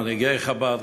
מנהיגי חב"ד,